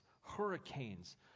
hurricanes